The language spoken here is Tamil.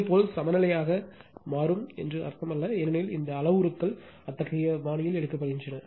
இதேபோல் சமநிலையாக மாறும் என்று அர்த்தமல்ல ஏனெனில் இந்த அளவுருக்கள் அத்தகைய பாணியில் எடுக்கப்படுகின்றன